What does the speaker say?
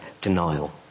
denial